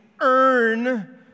earn